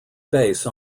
base